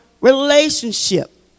relationship